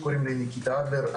קוראים לי ניקיטה אדלר,